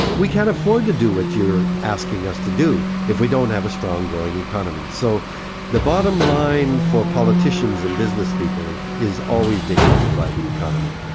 we can't afford to do what you're asking us to do if we don't have a strong growing economy. so the bottom line for politicians and business people is always dictated by the economy,